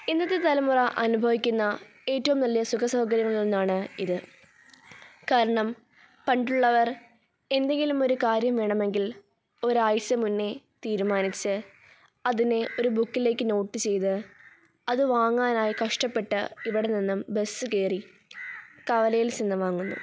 ഇന്നത്തെ തലമുറ അനുഭവിക്കുന്ന ഏറ്റവും വലിയ സുഖസൗകര്യങ്ങളിൽ ഒന്നാണ് ഇത് കാരണം പണ്ടുള്ളവർ എന്തെങ്കിലും ഒരു കാര്യം വേണമെങ്കിൽ ഒരാഴ്ച മുന്നേ തീരുമാനിച്ച് അതിനെ ഒരു ബുക്കിലേക്ക് നോട്ട് ചെയ്ത് അത് വാങ്ങാനായി കഷ്ടപ്പെട്ട് ഇവിടെനിന്നും ബസ്സ് കയറി കവലയിൽ ചെന്നു വാങ്ങുന്നു